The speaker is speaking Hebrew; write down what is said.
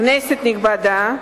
כנסת נכבדה,